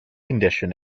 condition